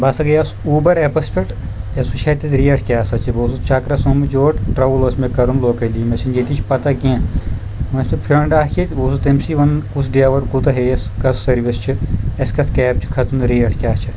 بہٕ ہَسا گٔیس اوٗبَر ایپَس پؠٹھ اَسہِ وٕچھے تتہِ ریٹ کیاہ ہسا چھِ بہٕ اوسُس چکرَس آمُت یور ٹرٛاوٕل اوس مےٚ کَرُن لوکَلی مےٚ چھِ نہٕ ییٚتِچ پتہ کینٛہہ وَنۍ ٲسۍ مےٚ پھرٛنٛڈ اَکھ ییٚتہِ بہٕ اوسُس تٔمۍ سٕے وَنُن کُس ڈیوَر کوٗتاہ ہیٚیَس کَس سٔروِس چھِ اَسہِ کَتھ کیب چھِ کھژُن ریٹ کیاہ چھےٚ